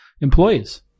employees